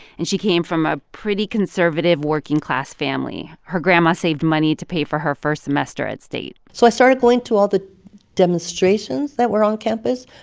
and she came from a pretty conservative working-class family. her grandma saved money to pay for her first semester at state so i started going to all the demonstrations that were on campus,